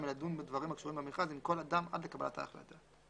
מלדון בדברים הקשורים במכרז עם כל אדם עד לקבלת ההחלטה".